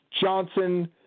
Johnson